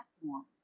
platform